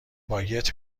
باگت